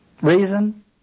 Reason